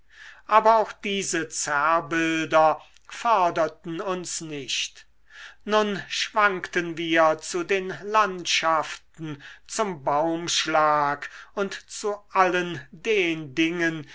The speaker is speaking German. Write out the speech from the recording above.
aber auch diese zerrbilder förderten uns nicht nun schwankten wir zu den landschaften zum baumschlag und zu allen den dingen